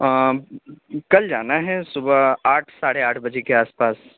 آ کل جانا ہے صُبح آٹھ ساڑھے آٹھ بجے کے آس پاس